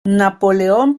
napoleón